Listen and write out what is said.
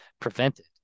prevented